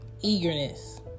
eagerness